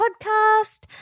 Podcast